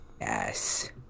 Yes